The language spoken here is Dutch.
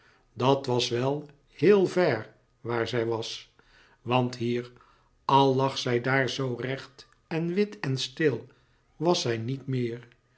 dat was wel heel ver waar zij was want hier al lag zij daar zoo recht en wit en stil was zij niet meer